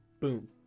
Boom